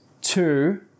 two